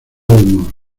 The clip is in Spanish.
humor